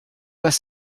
pas